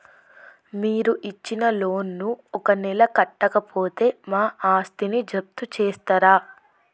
మీరు ఇచ్చిన లోన్ ను ఒక నెల కట్టకపోతే మా ఆస్తిని జప్తు చేస్తరా?